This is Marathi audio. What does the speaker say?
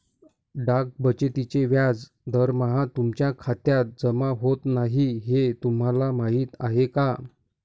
डाक बचतीचे व्याज दरमहा तुमच्या खात्यात जमा होत नाही हे तुम्हाला माहीत आहे का?